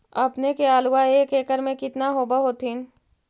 अपने के आलुआ एक एकड़ मे कितना होब होत्थिन?